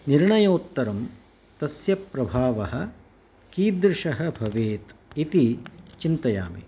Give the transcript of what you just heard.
निर्णयोत्तरं तस्य प्रभावः कीदृशः भवेत् इति चिन्तयामि